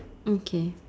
okay